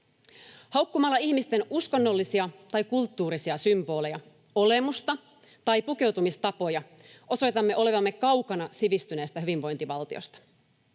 Haukkumalla ihmisten uskonnollisia tai kulttuurisia symboleja, olemusta tai pukeutumistapoja osoitamme olevamme kaukana sivistyneestä hyvinvointivaltiosta.